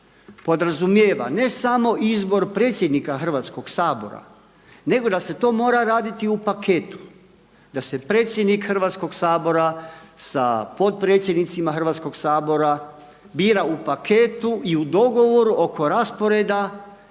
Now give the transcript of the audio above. podrazumijeva ne samo izbor predsjednika Hrvatskoga sabora nego da se to mora raditi u paketu da se predsjednik Hrvatskoga sabora sa potpredsjednicima Hrvatskoga sabora bira u paketu i u dogovoru oko rasporeda